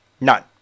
None